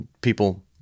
People